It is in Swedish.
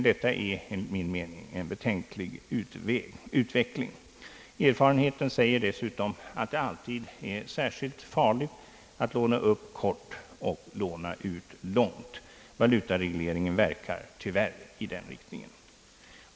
Det är enligt min mening en betänklig utveckling. Erfarenheten säger dessutom att det alltid är särskilt farligt att låna upp kort och låna ut långt. Valutaregleringen verkar tyvärr i den riktningen.